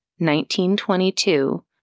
1922